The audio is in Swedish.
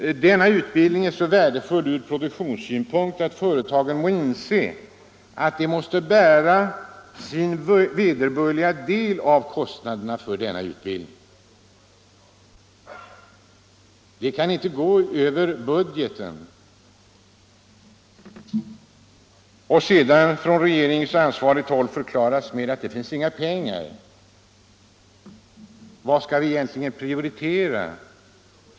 Denna utbildning är så värdefull ur produktionssynpunkt att företagen må inse att de måste bära sin vederbörliga del av kostnaderna för den. Dessa kostnader kan inte gå över budgeten. - Det har från regeringshåll förklarats att det finns inga pengar. Vad skall vi egentligen prioritera?